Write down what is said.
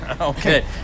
Okay